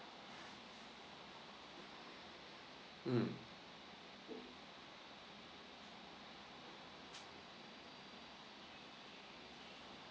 mm